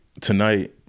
tonight